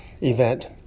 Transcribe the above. event